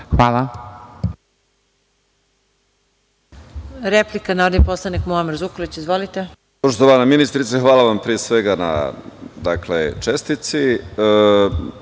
Hvala.